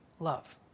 Love